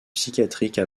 psychiatrique